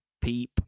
Peep